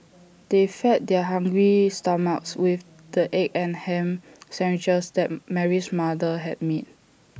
they fed their hungry stomachs with the egg and Ham Sandwiches that Mary's mother had made